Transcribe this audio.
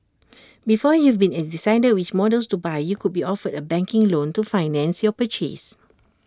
before you've even decided which models to buy you could be offered A banking loan to finance your purchase